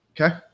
Okay